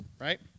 right